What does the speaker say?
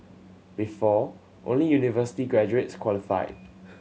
before only university graduates qualified